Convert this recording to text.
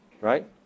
right